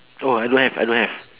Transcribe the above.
orh I don't have I don't have